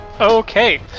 Okay